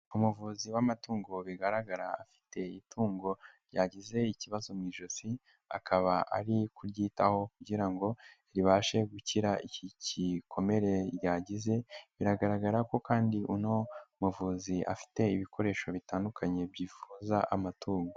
Umuvuzi w'amatungo bigaragara afite itungo ryagize ikibazo mu ijosi, akaba ari kuryitaho kugira ngo ribashe gukira iki gikomere ryagize, biragaragara ko kandi uno muvuzi afite ibikoresho bitandukanye bivura amatungo.